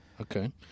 Okay